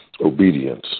obedience